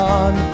on